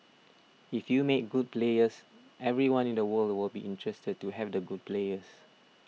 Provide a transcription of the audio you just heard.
if you make good players everyone in the world will be interested to have the good players